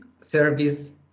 service